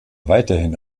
weiterhin